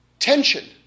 tension